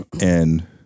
And-